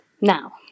Now